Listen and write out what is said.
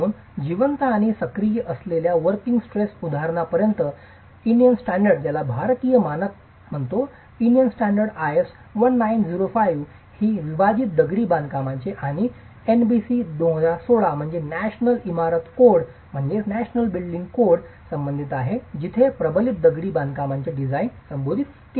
म्हणून जिवंत आणि सक्रिय असलेल्या वोर्किंग स्ट्रेस उदाहरणापर्यंत भारतीय मानक Indian Standard IS 1905 ही अविभाजित दगडी बांधकामाचे आणि राष्ट्रीय इमारत कोड संबंधित आहे जिथे प्रबलित दगडी बांधकामाचे डिझाइन संबोधित केले आहे